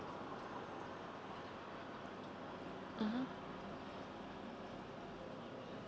mmhmm